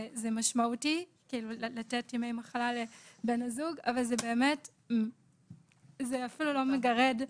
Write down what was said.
זה משמעותי לתת ימי מחלה לבן הזוג אבל זה אפילו לא מגרד.